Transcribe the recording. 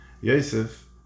Yosef